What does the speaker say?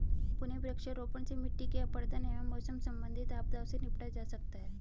पुनः वृक्षारोपण से मिट्टी के अपरदन एवं मौसम संबंधित आपदाओं से निपटा जा सकता है